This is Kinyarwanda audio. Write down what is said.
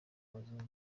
abazungu